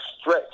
stretch